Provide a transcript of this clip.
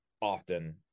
often